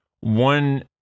One